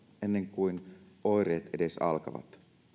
ennen kuin oireet edes alkavat